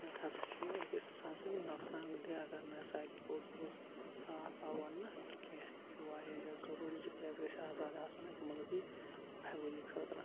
نَتہٕ ہَسا چھُ یہِ أکِس اِنسان سنٛدۍ نوٚقصان دہہ اَگَر نَسا پوٚز پوٚز صاف آو وَننہٕ کینٛہہ یہَ چھُ واریاہ زیاد ضوٚروٗری زٕ پرٮ۪س گَژھِ آزاد آسُن اَکہِ مٕلکِک بہبوٗدی خٲطرٕ